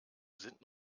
sind